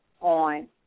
on